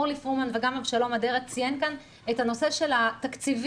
אורלי פרומן וגם אבשלום אדרת ציינו את הנושא של התקציבים